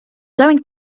going